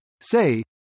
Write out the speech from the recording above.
say